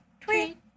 tweet